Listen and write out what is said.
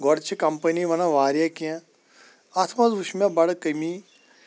گۄڑ چھِ کَمپٕنی وَنان واریاہ کیٚنٛہہ اَتھ منٛز وٕچھ مےٚ بَڑٕ کٔمی